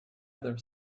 other